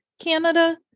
canada